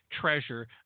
treasure